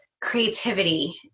creativity